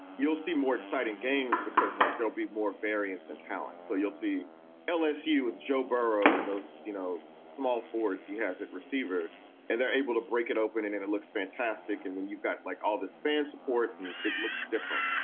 you'll see more exciting games because like there'll be more variance in talent. so you'll see lsu with joe baro and those, you know, small forwards. he has at receiver and they're able to break it open and and it looks fantastic. and then you've got like all this fan support and it looks different.